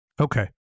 Okay